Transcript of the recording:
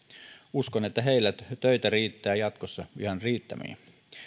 uskon että heillä töitä riittää jatkossa ihan riittämiin